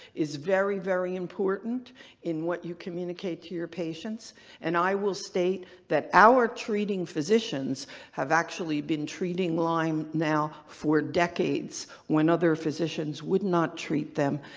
is very, very important in what you communicate to your patients and i will state that our treating physicians have actually been treating lyme now for decades when other physicians would not treat them.